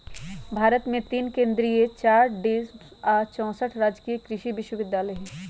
भारत मे तीन केन्द्रीय चार डिम्ड आ चौसठ राजकीय कृषि विश्वविद्यालय हई